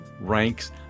ranks